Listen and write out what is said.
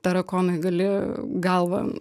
tarakonui gali galvą